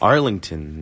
Arlington